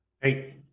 Hey